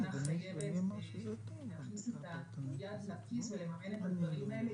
המדינה חייבת להכניס את היד לכיס ולממן את הדברים האלה,